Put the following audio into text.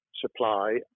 supply